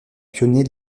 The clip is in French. pionnier